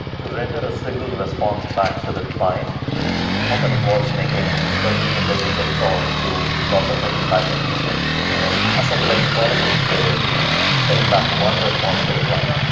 to render a single response back to the client often involves making dozens and dozens of calls to lots of different backends and assembling all of it together and sending back one response to the client.